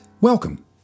welcome